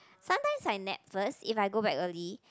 sometimes I nap first if I go back early